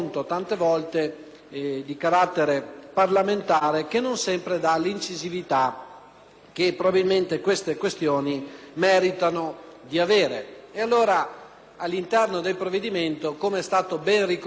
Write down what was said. che probabilmente invece tali questioni meritano. Pertanto, all'interno del provvedimento, come è stato ben ricordato dal relatore Malan, che ringrazio in questa sede per il lavoro svolto,